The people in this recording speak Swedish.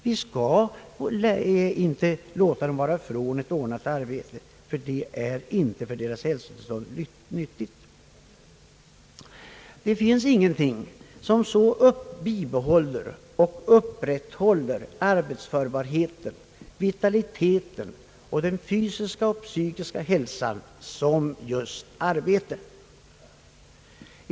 Vi skall inte rycka människorna från ett ordnat arbete, det är inte lyckligt för deras hälsotillstånd. Det finns ingenting som så bibehåller och upprätthåller arbetsförhet, vitalitet och såväl fysisk och psykisk hälsa som just arbete.